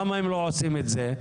למה הם לא עושים את זה?